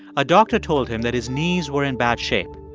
a doctor told him that his knees were in bad shape.